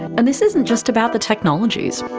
and this isn't just about the technologies,